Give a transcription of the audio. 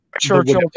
Churchill